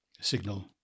signal